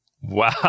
Wow